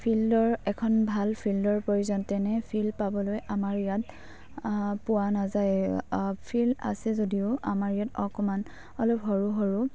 ফিল্ডৰ এখন ভাল ফিল্ডৰ প্ৰয়োজন তেনে ফিল্ড পাবলৈ আমাৰ ইয়াত পোৱা নাযায় ফিল্ড আছে যদিও আমাৰ ইয়াত অকণমান অলপ সৰু সৰু